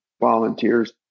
volunteers